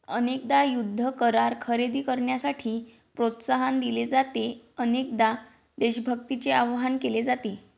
अनेकदा युद्ध करार खरेदी करण्यासाठी प्रोत्साहन दिले जाते, अनेकदा देशभक्तीचे आवाहन केले जाते